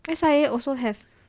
S_I_A also have